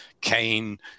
Kane